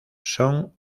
son